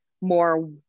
more